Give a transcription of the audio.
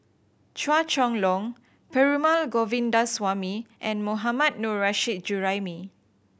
Chua Chong Long Perumal Govindaswamy and Mohammad Nurrasyid Juraimi